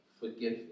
Forgive